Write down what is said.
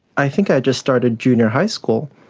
i think i just started junior high school.